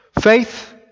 Faith